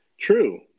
true